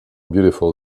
beautiful